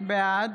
בעד